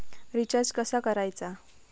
Recharge कसा करायचा?